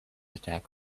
attack